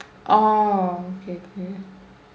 oh okay okay